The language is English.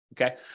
Okay